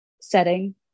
setting